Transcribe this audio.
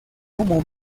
como